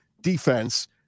defense –